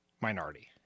minority